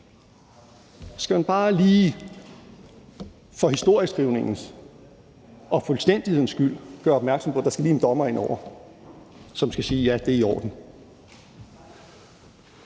skal jeg bare lige for historieskrivningens og fuldstændighedens skyld gøre opmærksom på, at der lige skal en dommer ind over, som skal sige, at det er i orden.